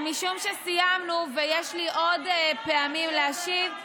משום שסיימנו ויש לי עוד פעמים להשיב,